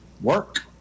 work